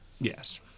Yes